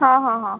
हां हां हां